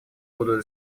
будут